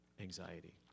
anxiety